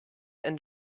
and